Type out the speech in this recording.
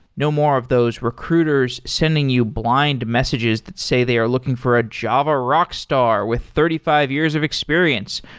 no more of those recruiters sending you blind messages that say they are looking for a java rock star with thirty five years of experience,